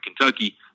Kentucky –